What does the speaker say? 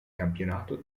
campionato